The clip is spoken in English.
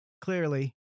clearly